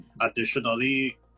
Additionally